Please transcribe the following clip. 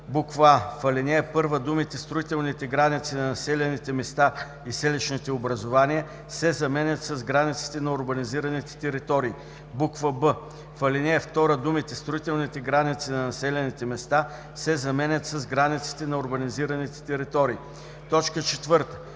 20. а) в ал. 1 думите „строителните граници на населените места и селищните образувания“ се заменят с „границите на урбанизираните територии“; б) в ал. 2 думите „строителните граници на населените места“ се заменят „границите на урбанизираните територии“. 4. В чл.